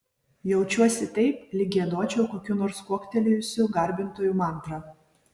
jaučiuosi taip lyg giedočiau kokių nors kuoktelėjusių garbintojų mantrą